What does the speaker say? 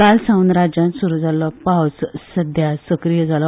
काल सावन राज्यांत सुरू जाल्लो पावस सक्रीय जालो